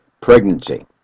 pregnancy